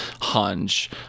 hunch